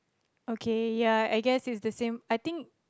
okay ya I guess it's the same I think it